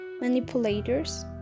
manipulators